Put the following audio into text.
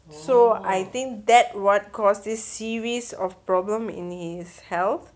so I think that what cause this series of problem in his health